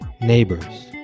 neighbors